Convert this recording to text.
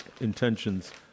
intentions